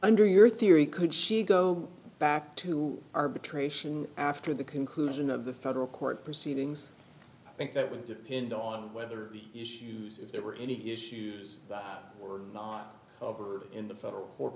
under your theory could she go back to arbitration after the conclusion of the federal court proceedings i think that would depend on whether the issues if there were any issues that were not covered in the federal court